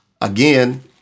Again